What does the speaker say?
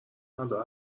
مردها